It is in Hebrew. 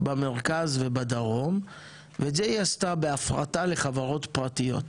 במרכז ובדרום ואת זה היא עשתה בהפרטה לחברות פרטיות.